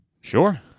Sure